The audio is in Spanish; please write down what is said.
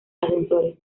ascensores